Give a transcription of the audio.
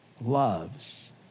loves